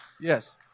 Yes